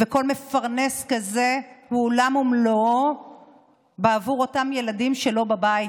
וכל מפרנס כזה הוא עולם ומלואו בעבור אותם ילדים שלו בבית,